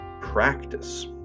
practice